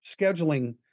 scheduling